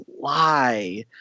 lie